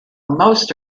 most